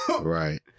Right